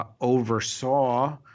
oversaw